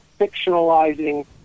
fictionalizing